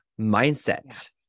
mindset